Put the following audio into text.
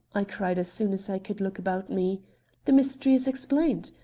i cried as soon as i could look about me the mystery is explained.